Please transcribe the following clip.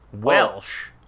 welsh